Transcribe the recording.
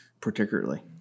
particularly